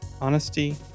honesty